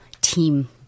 team